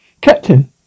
Captain